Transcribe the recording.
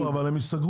ברור, אבל הם ייסגרו.